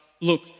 Look